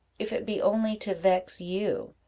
if it be only to vex you.